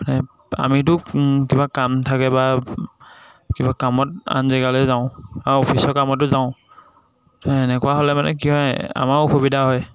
মানে আমিতো কিবা কাম থাকে বা কিবা কামত আন জেগালৈ যাওঁ আৰু অফিচৰ কামতো যাওঁ এনেকুৱা হ'লে মানে কি হয় আমাৰো অসুবিধা হয়